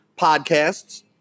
podcasts